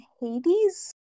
Hades